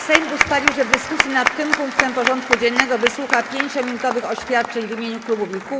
Sejm ustalił, że w dyskusji nad tym punktem porządku dziennego wysłucha 5-minutowych oświadczeń w imieniu klubów i kół.